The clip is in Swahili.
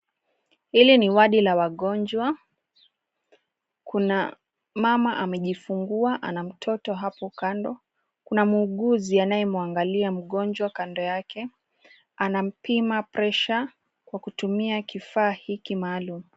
Hili ni wadi la wagonjwa, kuna mama amejifungua ana mtoto hapo kando. Kuna muuguzi anayemwangalia mgonjwa kando yake, anampima presha kwa kutumia kifaa hiki maalum.